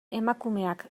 emakumeak